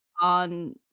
on